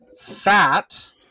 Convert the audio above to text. fat